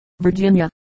Virginia